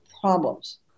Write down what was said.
problems